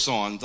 on